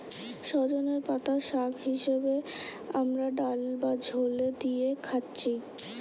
সজনের পাতা শাগ হিসাবে আমরা ডাল বা ঝোলে দিয়ে খাচ্ছি